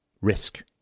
risk